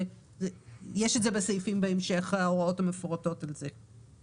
יש את זה בסעיפים בהמשך, ההוראות המפורטות על זה.